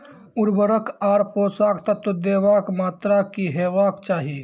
उर्वरक आर पोसक तत्व देवाक मात्राकी हेवाक चाही?